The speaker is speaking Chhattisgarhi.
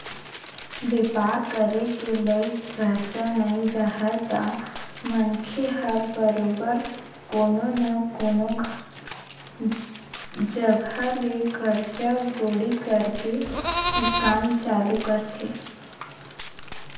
बेपार करे के लइक पइसा नइ राहय त मनखे ह बरोबर कोनो न कोनो जघा ले करजा बोड़ी करके ही काम चालू करथे